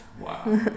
Wow